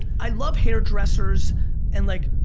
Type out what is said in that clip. i love hairdressers and like,